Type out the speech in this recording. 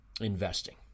investing